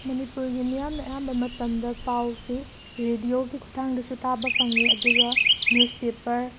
ꯃꯅꯤꯄꯨꯔꯒꯤ ꯃꯤꯌꯥꯝꯅ ꯑꯌꯥꯝꯕ ꯃꯇꯝꯗ ꯄꯥꯎꯁꯤ ꯔꯤꯗꯤꯌꯣꯒꯤ ꯈꯨꯠꯊꯥꯡꯗꯁꯨ ꯇꯥꯕ ꯐꯪꯏ ꯑꯗꯨꯒ ꯅ꯭ꯌꯨꯁꯄꯦꯄꯔ